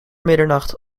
middernacht